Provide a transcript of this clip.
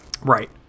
Right